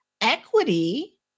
equity